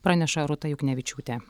praneša rūta juknevičiūtė